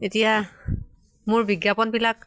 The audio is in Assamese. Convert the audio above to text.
এতিয়া মোৰ বিজ্ঞাপনবিলাক